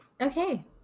okay